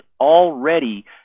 already